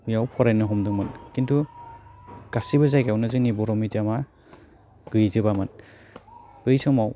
बेव फरायनो हमदोंमोन खिन्थु गासैबो जायगायावनो जोंनि बर' मेडियामा गैजोबामोन बै समाव